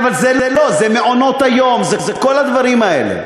אבל זה מעונות-היום, זה כל הדברים האלה.